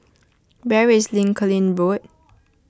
where is Lincolning Road